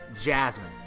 Jasmine